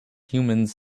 humans